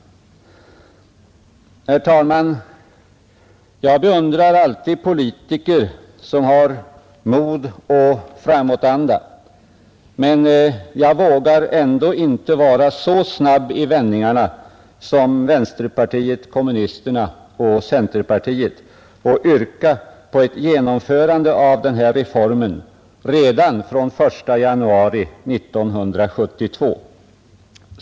Herr talman! Jag beundrar alltid politiker som har mod och framåtanda, men jag vågar ändå inte vara så snabb i vändningarna som vänsterpartiet kommunisterna och centern och yrka på ett genomförande av denna reform redan från den 1 januari 1972.